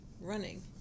running